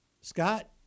Scott